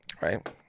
right